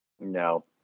No